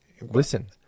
Listen